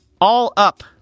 all-up